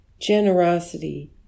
generosity